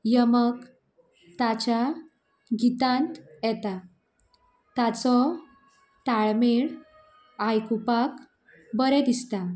यमक ताच्या गितांत येता ताचो ताळमेळ आयकूपाक बरें दिसता